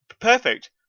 Perfect